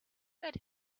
let